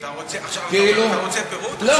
אתה רוצה פירוט עכשיו?